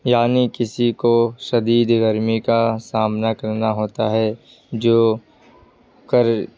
یعنی کسی کو شدید گرمی کا سامنا کرنا ہوتا ہے جو کر